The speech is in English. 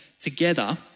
together